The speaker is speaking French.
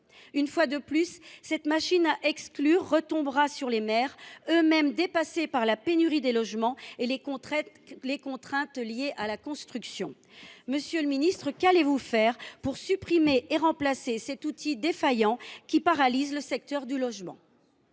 Une fois de plus, cette machine à exclure retombera sur les maires, eux mêmes dépassés par la pénurie de logements et par les contraintes liées à la construction. Monsieur le ministre, qu’allez vous faire pour supprimer et remplacer cet outil défaillant, qui paralyse le secteur du logement ?